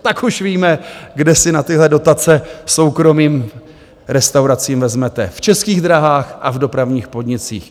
Tak už víme, kde si na tyhle dotace soukromým restauracím vezmete v Českých drahách a v dopravních podnicích.